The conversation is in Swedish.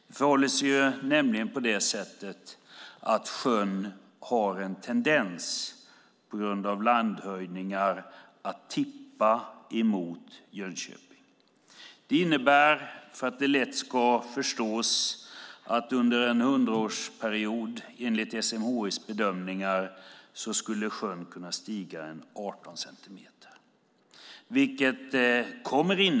Det förhåller sig nämligen på det sättet att sjön på grund av landhöjningar har en tendens att tippa emot Jönköping. Det innebär, för att det lätt ska förstås, att under en 100-årsperiod skulle sjön kunna stiga 18 centimeter enligt SMHI:s bedömningar.